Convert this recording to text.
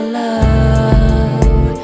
love